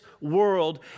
world